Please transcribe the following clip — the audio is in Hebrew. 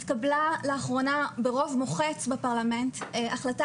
התקבלה לאחרונה ברוב מוחץ בפרלמנט החלטה